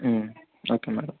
okay madam